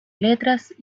letras